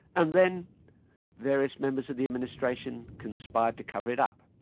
and then various members of the administration conspired to cover it up,